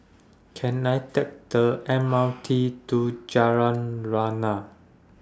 Can I Take The M R T to Jalan Lana